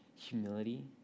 Humility